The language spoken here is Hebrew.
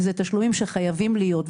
ואלה תשלומים שחייבים להיות.